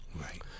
Right